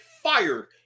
fired